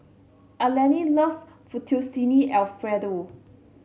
Alene loves Fettuccine Alfredo